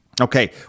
Okay